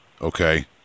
Okay